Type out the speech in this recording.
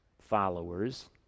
followers